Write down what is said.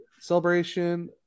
Celebration